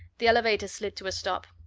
the elevator slid to a stop.